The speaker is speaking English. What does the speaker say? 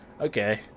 Okay